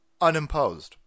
unimposed